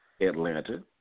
Atlanta